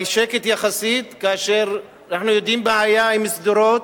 אבל שקט יחסי, כאשר אנחנו יודעים מה היה בשדרות,